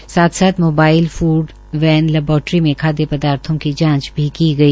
इसके साथ साथ मोबाईल फ्ड वेन लैबोरेटरी में खाद्य पदार्थो की जांच भी की गई